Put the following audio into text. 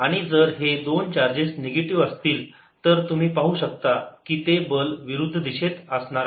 आणि जर हे दोन चार्जेस निगेटिव असतील तर तुम्ही पाहू शकता की ते बल विरुद्ध दिशेत असणार आहे